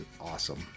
awesome